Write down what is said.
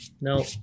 No